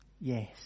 yes